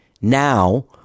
now